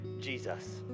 Jesus